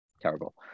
terrible